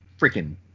freaking